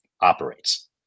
operates